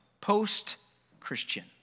post-Christian